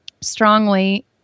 strongly